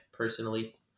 Personally